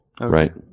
Right